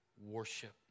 worship